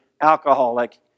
alcoholic